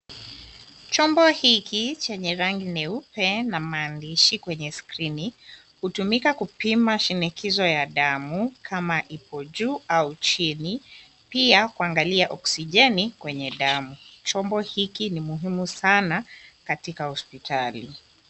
Chombo hiki chenye rangi nyeupe na maandishi kwenye skirini, hutumika kupima shinikizo ya damu kama ipo juu au chini, pia kuangalia oxigeni kwenye damu. Chombo hiki ni muhimu sana katika hopitali.